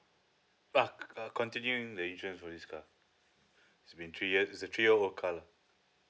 ah uh continuing the insurance for this car it's been three years it's a three year old car lah